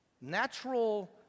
Natural